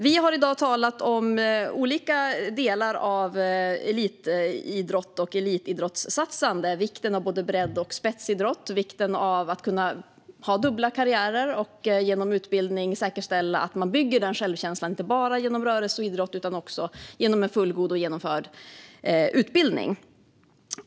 Vi har i dag talat om olika delar av elitidrott och elitidrottssatsningar, om vikten av både bredd och spetsidrott, om vikten av att kunna ha dubbla karriärer och om att man bygger självkänsla inte bara genom rörelse och idrott utan också genom en fullgod och genomförd utbildning.